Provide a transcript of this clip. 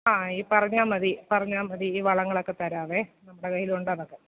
ആ ഈ പറഞ്ഞാൽ മതി പറഞ്ഞാൽ മതി ഈ വളങ്ങളൊക്കെ തരാവേ നമ്മുടെ കയ്യിലുണ്ടതൊക്കെ